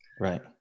right